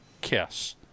KISS